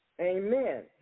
Amen